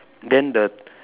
then the